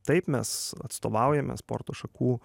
taip mes atstovaujame sporto šakų